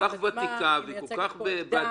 היא כול כך ותיקה ומדברת כול כך בעדינות.